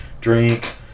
drink